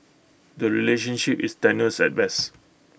the relationship is tenuous at best